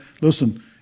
Listen